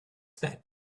that